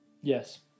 Yes